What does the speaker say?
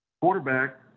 quarterback